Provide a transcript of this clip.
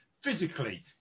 physically